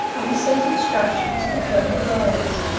i have sent instructions to colonel braze,